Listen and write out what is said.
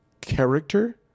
character